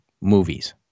movies